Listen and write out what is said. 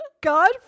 God